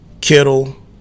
Kittle